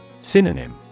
Synonym